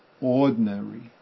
ordinary